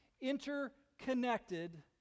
interconnected